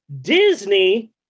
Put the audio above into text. Disney